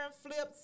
flips